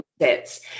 sets